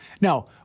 Now